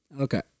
Okay